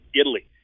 Italy